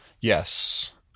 Yes